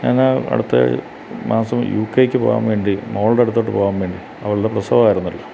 ഞാനാ അടുത്ത മാസം യൂ ക്കേയ്ക്ക് പോകാൻ വേണ്ടി മോളുടെയടുത്തോട്ട് പോകാൻ വേണ്ടി അവളുടെ പ്രസവമായിരുന്നല്ലൊ